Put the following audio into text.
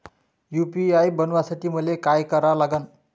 UPI बनवासाठी मले काय करा लागन?